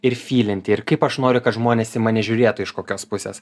ir fylinti ir kaip aš noriu kad žmonės į mane žiūrėtų iš kokios pusės